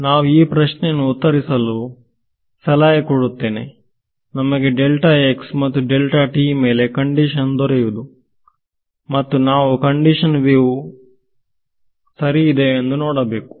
ನಾವು ಈ ಪ್ರಶ್ನೆಯನ್ನು ಉತ್ತರಿಸಲು ನಾನು ಸಲಹೆ ಕೊಡುತ್ತೇನೆ ನಮಗೆ ಡೆಲ್ಟಾ x ಮತ್ತು ಡೆಲ್ಟಾ t ಮೇಲೆ ಕಂಡಿಶನ್ ದೊರೆಯುವುದು ಮತ್ತು ನಾವು ಕಂಡೀಶನ್ ವೇವ್ ಆಗಿ ಸರಿ ಇದೆಯೇ ಎಂದು ನೋಡಬೇಕು